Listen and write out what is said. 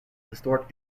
historic